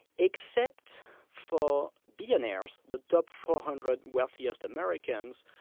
except for billionaires, the top four hundred wealthiest americans,